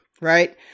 right